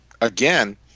again